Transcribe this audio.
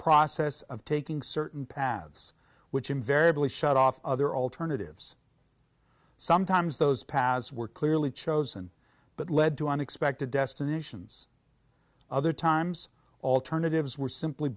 process of taking certain paths which invariably shut off other alternatives sometimes those paths were clearly chosen but lead to unexpected destinations other times alternatives were simply